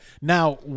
Now